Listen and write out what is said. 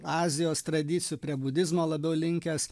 azijos tradicijų prie budizmo labiau linkęs